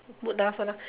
put down also lah